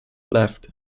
left